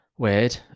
Weird